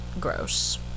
gross